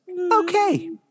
okay